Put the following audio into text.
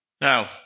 Now